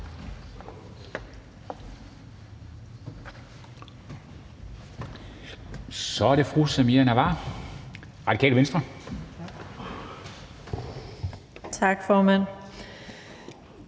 Så er det fru Samira Nawa, Radikale Venstre. Kl.